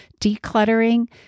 decluttering